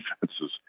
defenses